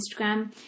Instagram